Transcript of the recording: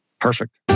Perfect